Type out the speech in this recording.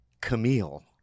Camille